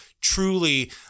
truly